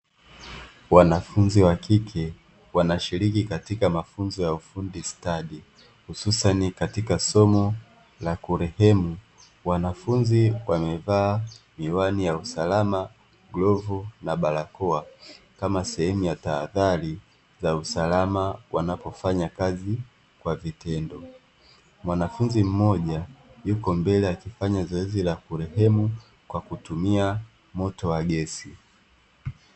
Wanafunzi wa kike wanashiriki katika mafunzo ya ufundi stadi hususani katika somo la kurehemu, wanafunzi wamevaa miwani ya usalama glovu na barakoa kama sehemu ya tahadhari za usalama wanapofanya kazi kwa vitendo, mwanafunzi mmoja yuko mbele akifanya zoezi la kurehemu kwa kutumia moto wa gesi.